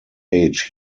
age